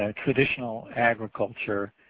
ah traditional agriculture